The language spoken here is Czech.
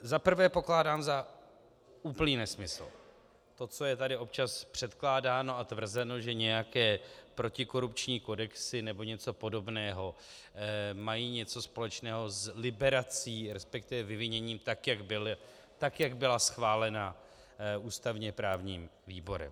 Za prvé pokládám za úplný nesmysl to, co je tady občas předkládáno a tvrzeno, že nějaké protikorupční kodexy nebo něco podobného mají něco společného s liberací, resp. vyviněním, tak jak byla schválena ústavněprávním výborem.